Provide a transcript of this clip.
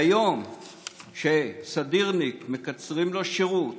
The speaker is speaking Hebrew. ביום שסדירניק, מקצרים לו שירות